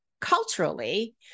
culturally